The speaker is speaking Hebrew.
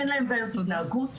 אין להם בעיות התנהגות,